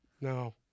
No